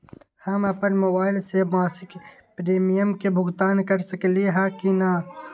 हम अपन मोबाइल से मासिक प्रीमियम के भुगतान कर सकली ह की न?